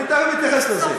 אני תכף אתייחס לזה.